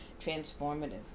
transformative